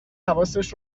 حواسش